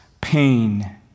pain